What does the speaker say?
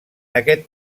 aquest